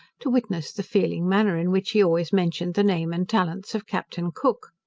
to witness the feeling manner in which he always mentioned the name and talents of captain cook.